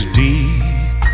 deep